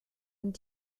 und